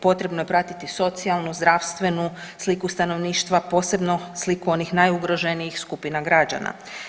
Potrebno je pratiti socijalnu, zdravstvenu sliku stanovništva posebno sliku onih najugroženijih skupina građana.